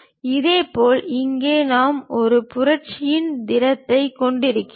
இதேபோல் இங்கே நாம் ஒரு புரட்சியின் திடத்தைக் கொண்டிருக்கிறோம்